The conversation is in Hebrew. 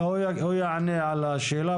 לא יזהם סביבה,